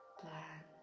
plan